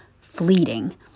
fleeting